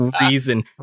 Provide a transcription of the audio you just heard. reason